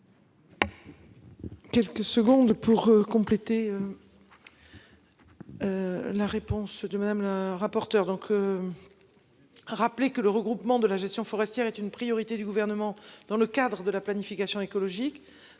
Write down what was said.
Quelques secondes pour compléter. La réponse de Madame la rapporteure donc. Rappeler que le regroupement de la gestion forestière est une priorité du gouvernement dans le cadre de la planification écologique,